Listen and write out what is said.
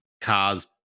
cars